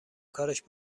کارش